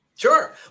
Sure